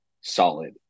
solid